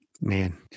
Man